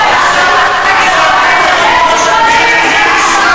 חברת הכנסת מירב בן ארי, מירי שומעת את זה?